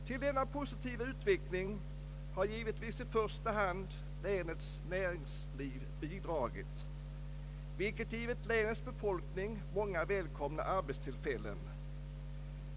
Till denna positiva utveckling har givetvis i första hand länets näringsliv bidragit, vilket givit länets befolkning många välkomna arbetstillfällen.